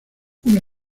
una